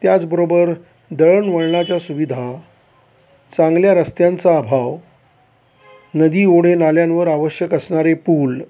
त्याचबरोबर दळणवळणाच्या सुविधा चांगल्या रस्त्यांचा अभाव नदी ओढे नाल्यांवर आवश्यक असणारे पुल